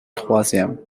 troisième